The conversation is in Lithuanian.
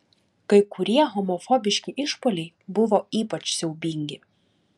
kai kurie homofobiški išpuoliai buvo ypač siaubingi